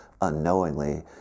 unknowingly